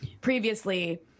previously—